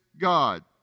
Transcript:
God